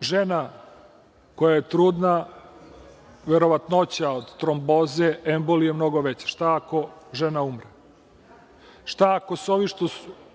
žena koja je trudna verovatnoća od tromboze embolije je mnogo veća, šta ako žena umre? Šta ako ovi